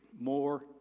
more